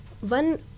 one